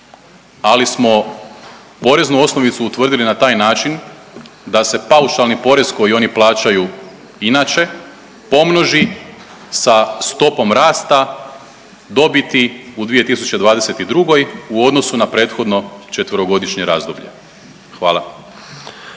ali smo poreznu osnovicu utvrdili na taj način da se paušalni porez koji oni plaćaju inače pomnoži sa stopom rasta dobiti u 2022. u odnosu na prethodno 4-godišnje razdoblje. Hvala.